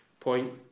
point